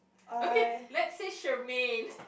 okay let's say Shermaine